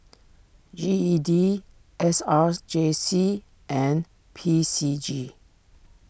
G E D S R J C and P C G